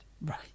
Right